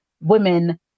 women